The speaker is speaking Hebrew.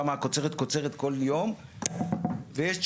כמה הקוצרת קוצרת כל יום ויש תשובה.